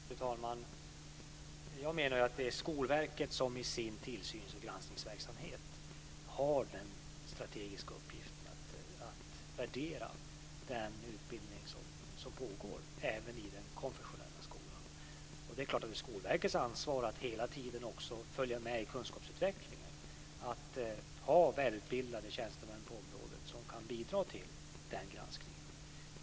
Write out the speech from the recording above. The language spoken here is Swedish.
Fru talman! Jag menar att det är Skolverket som i sin tillsyns och granskningsverksamhet har den strategiska uppgiften att värdera den utbildning som pågår även i den konfessionella skolan. Det är klart att det är Skolverkets ansvar att hela tiden också följa med i kunskapsutvecklingen och att ha välutbildade tjänstemän på området som kan bidra till den granskningen.